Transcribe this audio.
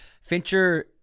Fincher